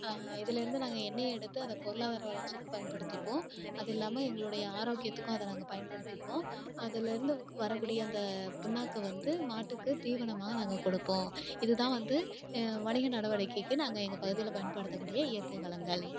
இதுலேருந்து நாங்கள் எண்ணெயை எடுத்து அதை பொருளாதார வளர்ச்சிக்கு பயன்படுத்திப்போம் அது இல்லாமல் எங்களுடைய ஆரோக்கியத்துக்கும் அதை நாங்கள் பயன்படுத்திப்போம் அதுலேருந்து வரக்கூடிய அந்த புண்ணாக்கு வந்து மாட்டுக்கு தீவனமா நாங்கள் கொடுப்போம் இதுதான் வந்து வணிக நடவடிக்கைக்கு நாங்கள் எங்கள் பகுதியில் பயன்படுத்த கூடிய இயற்கை வளங்கள்